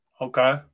Okay